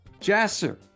Jasser